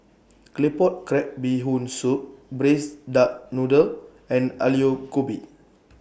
Claypot Crab Bee Hoon Soup Braised Duck Noodle and Aloo Gobi